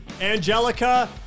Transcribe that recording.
angelica